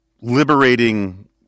liberating